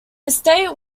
estate